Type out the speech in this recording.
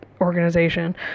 organization